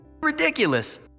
Ridiculous